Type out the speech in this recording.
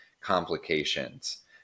complications